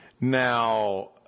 Now